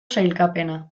sailkapena